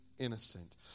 innocent